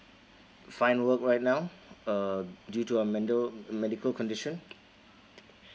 find work right now uh due to a medical medical condition